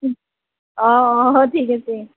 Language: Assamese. অঁ অঁ ঠিক আছে